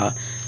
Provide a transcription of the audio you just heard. Ashutosh Antani